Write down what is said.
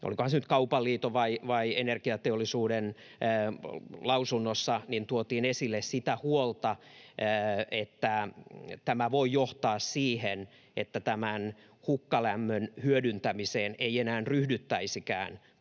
olikohan se nyt Kaupan liiton vai Energiateollisuuden lausunnossa, kun tuotiin esille sitä huolta, että tämä voi johtaa siihen, että hukkalämmön hyödyntämiseen ei enää ryhdyttäisikään, kun